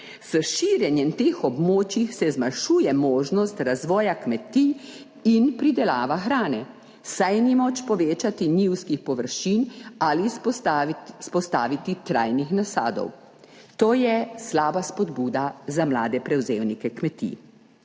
S širjenjem teh območij se zmanjšuje možnost razvoja kmetij in pridelava hrane, saj ni moč povečati njivskih površin ali vzpostaviti trajnih nasadov. To je slaba spodbuda za mlade prevzemnike kmetij.